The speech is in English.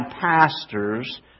pastors